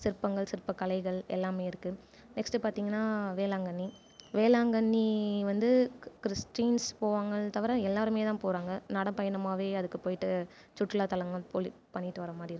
சிற்பங்கள் சிற்பக்கலைகள் எல்லாமே இருக்கு நெக்ஸ்ட்டு பார்த்திங்கன்னா வேளாங்கண்ணி வேளாங்கண்ணி வந்து கிறிஸ்ட்டின்ஸ் போவாங்கள் தவிர எல்லாருமே தா போகறாங்க நடப்பயணமாகவே அதற்கு போய்விட்டு சுற்றுலா தளங்கள் பண்ணிவிட்டு வரமாதிரிருக்கும்